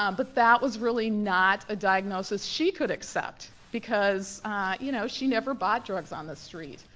um but that was really not a diagnosis she could accept. because you know she never bought drugs on the street,